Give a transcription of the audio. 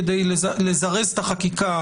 כדי לזרז את החקיקה,